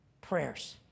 prayers